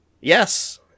Yes